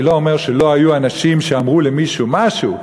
אני לא אומר שלא היו אנשים שאמרו למישהו משהו,